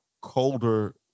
colder